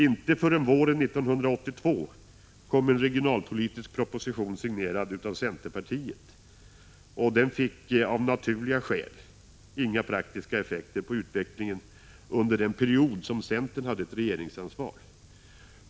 Inte förrän våren 1982 kom en regionalpolitisk proposition signerad av centerpartiet, och den fick av naturliga skäl inga praktiska effekter på utvecklingen under den period som centern hade regeringsansvaret.